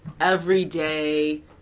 everyday